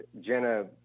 Jenna